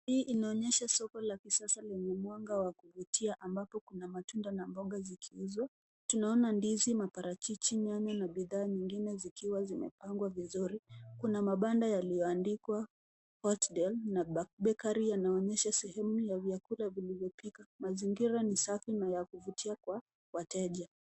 Hii inaonyesha soko la kisasa lenye mwanga wa kuvutia ambapo kuna matunda na mboga zikiuzwa, tunaona ndizi maparachichi nyanya na bidhaaa nyingine zikiwa zimepangwa vizuri. Kuna Mabanda yaliyoandikwa hotdog na black bakery yanaonyesha sehemu ya vyakula vilivyopikwa. Mazingira ni safi ya yakuvutia kwa wateja